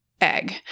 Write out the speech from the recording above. egg